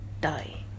die